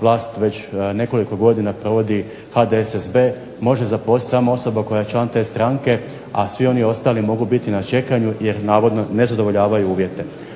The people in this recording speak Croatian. vlast već nekoliko godina provodi HDSSB može zaposliti samo osoba koja je član te stranke, a svi oni ostali mogu biti na čekanju jer navodno ne zadovoljavaju uvjete.